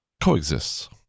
Coexists